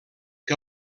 que